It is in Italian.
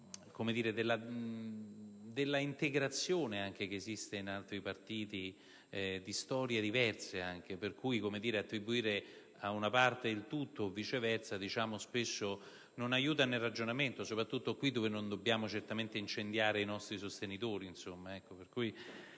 Divina), dell'integrazione che esiste in altri partiti di storie diverse, per cui attribuire a una parte il tutto o viceversa spesso non aiuta nel ragionamento, soprattutto qui dove non dobbiamo certamente incendiare i nostri sostenitori, non credo che ci